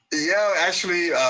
yeah, actually,